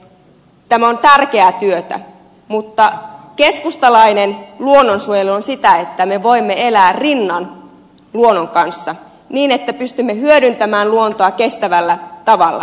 tämä on tärkeää työtä mutta keskustalainen luonnonsuojelu on sitä että me voimme elää rinnan luonnon kanssa niin että pystymme hyödyntämään luontoa kestävällä tavalla